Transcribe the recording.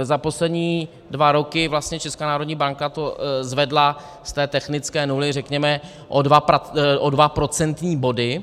Za poslední dva roky vlastně Česká národní banka to zvedla z té technické nuly řekněme o dva procentní body.